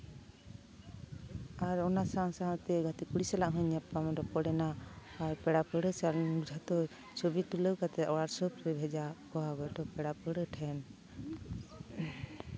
ᱟᱨ ᱚᱱᱟ ᱥᱟᱶ ᱥᱟᱶᱛᱮ ᱜᱟᱛᱮ ᱠᱩᱲᱤ ᱥᱟᱞᱟᱜ ᱦᱚᱧ ᱧᱟᱯᱟᱢ ᱨᱚᱯᱚᱲᱮᱱᱟ ᱟᱨ ᱯᱮᱲᱟ ᱯᱟᱺᱲᱦᱟᱹ ᱥᱮ ᱡᱷᱚᱛᱚ ᱪᱷᱚᱵᱤ ᱛᱩᱞᱟᱹᱣ ᱠᱟᱛᱮ ᱦᱳᱣᱟᱴᱥᱚᱯ ᱨᱮ ᱵᱷᱮᱡᱟᱣᱟᱫ ᱠᱚᱣᱟ ᱯᱮᱲᱟ ᱯᱟᱺᱲᱦᱟᱹ ᱴᱷᱮᱱ